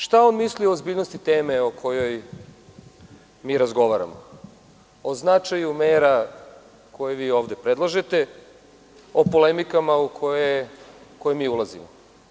Šta on misli o ozbiljnosti teme o kojoj mi razgovaramo, o značaju mera koje vi ovde predlažete, o polemikama u koje mi ulazimo?